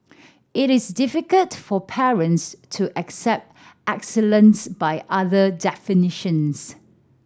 it is difficult for parents to accept excellence by other definitions